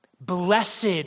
Blessed